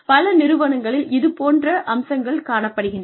பல நிறுவனங்களில் இதேபோன்ற அம்சங்கள் காணப்படுகின்றன